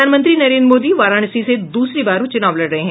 प्रधानमंत्री नरेन्द्र मोदी वाराणसी से दूसरी बार चुनाव लड़ रहे हैं